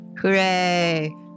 Hooray